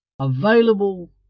available